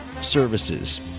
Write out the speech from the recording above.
Services